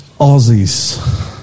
Aussies